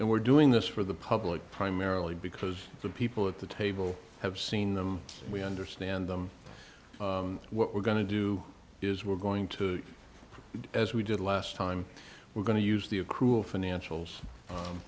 and we're doing this for the public primarily because the people at the table have seen them and we understand them what we're going to do is we're going to do as we did last time we're going to use the accrual financials